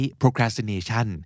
procrastination